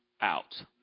out